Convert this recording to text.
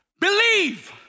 Believe